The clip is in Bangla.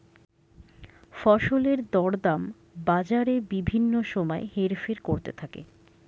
ফসলের দরদাম বাজারে বিভিন্ন সময় হেরফের করতে থাকে